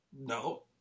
No